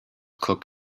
cook